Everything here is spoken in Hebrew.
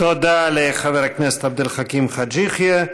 תודה לחבר הכנסת עבד אל חכים חאג' יחיא.